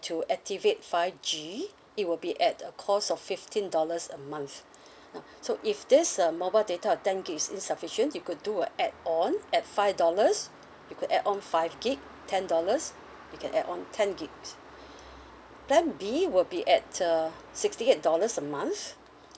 to activate five G it will be at a cost of fifteen dollars a month now so if this uh mobile data of ten gig is insufficient you could do a add on at five dollars you could add on five gig ten dollars you can add on ten gigs plan B will be at uh sixty eight dollars a month